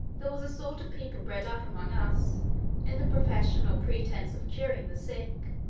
there was a sort of people bred up among us in the profession, or pretence, of curing the sick.